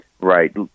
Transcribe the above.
Right